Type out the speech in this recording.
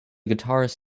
guitarist